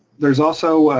there's also,